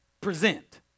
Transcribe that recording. Present